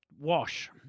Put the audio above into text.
Wash